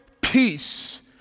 peace